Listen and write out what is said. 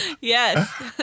yes